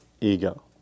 ego